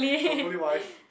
hopefully wife